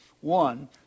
One